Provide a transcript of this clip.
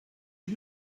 you